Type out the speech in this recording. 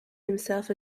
himself